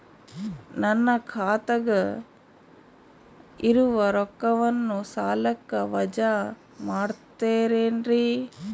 ನನ್ನ ಖಾತಗ ಇರುವ ರೊಕ್ಕವನ್ನು ಸಾಲಕ್ಕ ವಜಾ ಮಾಡ್ತಿರೆನ್ರಿ?